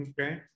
Okay